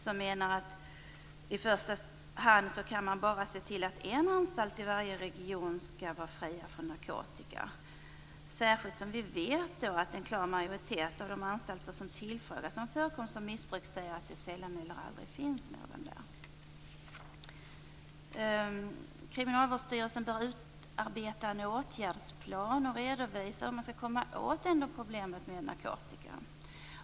Där menar man att man i första hand bara kan se till att en anstalt i varje region skall vara fri från narkotika. Vi vet att en klar majoritet av de anstalter som tillfrågats om förekomst av missbruk säger att det sällan eller aldrig finns något sådant där. Kriminalvårdsstyrelsen bör utarbeta en åtgärdsplan och redovisa hur man skall komma åt problemet med narkotikan.